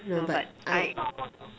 no but I